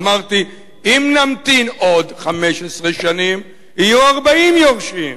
אמרתי: אם נמתין עוד 15 שנים, יהיו 40 יורשים,